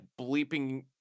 bleeping